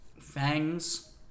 Fangs